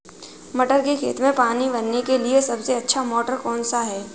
मटर के खेत में पानी भरने के लिए सबसे अच्छा मोटर कौन सा है?